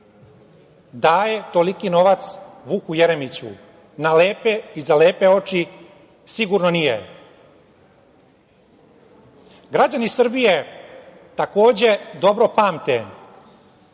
daje toliki novac Vuku Jeremiću na lepe i za lepe oči sigurno nije. Građani Srbije, takođe, dobro pamte